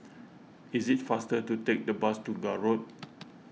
it is faster to take the bus to Gul Road